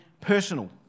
personal